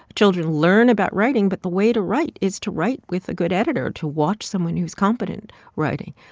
children learn about writing, but the way to write is to write with a good editor, to watch someone who's competent writing.